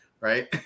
Right